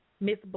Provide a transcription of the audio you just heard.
Miss